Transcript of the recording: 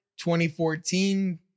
2014